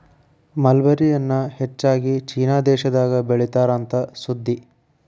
mulberry ಎನ್ನಾ ಹೆಚ್ಚಾಗಿ ಚೇನಾ ದೇಶದಾಗ ಬೇಳಿತಾರ ಅಂತ ಸುದ್ದಿ